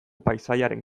paisaiaren